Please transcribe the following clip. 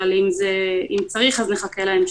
אבל אם צריך אז נחכה להמשך.